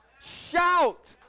shout